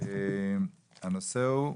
הנושא הוא: